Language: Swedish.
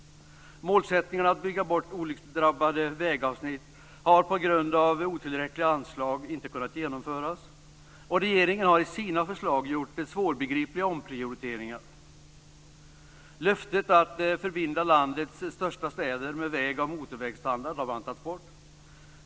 Målsättningen att bygga bort olycksdrabbade vägavsnitt har på grund av otillräckliga anslag inte kunnat genomföras. Regeringen har i sina förslag gjort svårbegripliga omprioriteringar. Löftet att förbinda landets största städer med väg av motorvägsstandard har bantats bort.